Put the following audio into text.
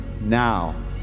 now